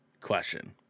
question